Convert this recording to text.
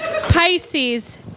Pisces